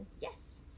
yes